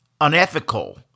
unethical